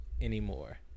anymore